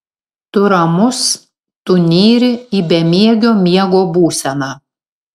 tu ramus tu nyri į bemiegio miego būseną